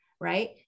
Right